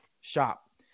shop